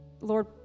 Lord